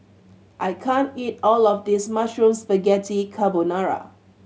I can't eat all of this Mushroom Spaghetti Carbonara